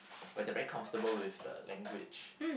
where they're very comfortable with the language